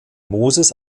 moses